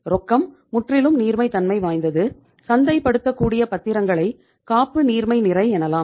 ரொக்கம் முற்றிலும் நீர்மை தன்மை வாய்ந்தது சந்தைபடுத்தக்கூடிய பத்திரங்களை காப்பு நீர்மை நிறை எனலாம்